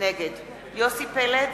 נגד יוסי פלד,